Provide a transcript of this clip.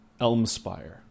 Elmspire